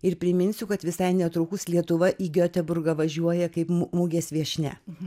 ir priminsiu kad visai netrukus lietuva į gioteburgą važiuoja kaip mugės viešnia